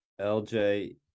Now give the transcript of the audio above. LJ